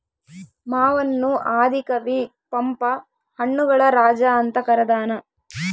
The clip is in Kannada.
ಮಾವನ್ನು ಆದಿ ಕವಿ ಪಂಪ ಹಣ್ಣುಗಳ ರಾಜ ಅಂತ ಕರದಾನ